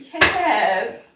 Yes